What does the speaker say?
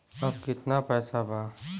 अब कितना पैसा बा?